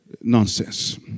nonsense